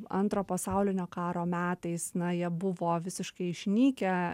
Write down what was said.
antro pasaulinio karo metais na jie buvo visiškai išnykę